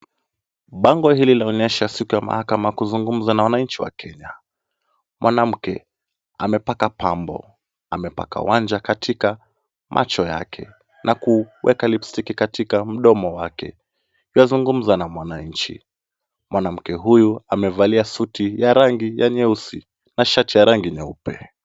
Bango hili linaonyesha siku ya mahakama kuzungumza na wananchi wa Kenya. Mwanamke amepaka pambo, amepaka wanja katika macho yake na kuweka lipstick katika mdomo wake. Anazungumza na mwananchi. Mwanamke huyu amevalia suti ya rangi ya nyeusi na shati ya rangi nyeupe.